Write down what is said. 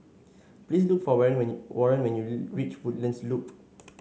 please look for Warren when you Warren when you reach Woodlands Loop